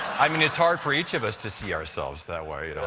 i mean, it's hard for each of us to see ourselves that way.